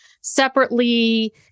separately